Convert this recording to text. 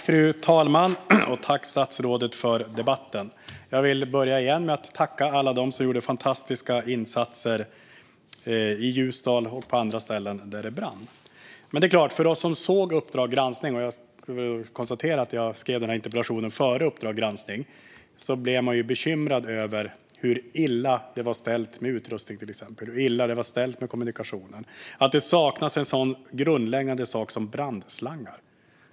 Fru talman! Tack, statsrådet, för debatten! Jag vill återigen tacka alla som gjorde fantastiska insatser i Ljusdal och på andra ställen där det brann. Men det är klart att vi som såg Uppdrag granskning - jag kan konstatera att jag skrev denna interpellation före programmet - blev bekymrade över hur illa det är ställt med till exempel utrustning och kommunikation. Det saknas en så grundläggande utrustning som brandslangar.